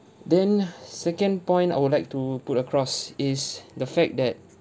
then second point I would like to put across is the fact that